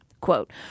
Quote